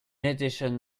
addition